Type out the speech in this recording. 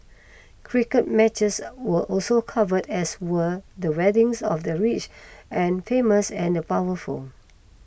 cricket matches were also covered as were the weddings of the rich and famous and the powerful